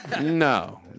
No